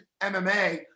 MMA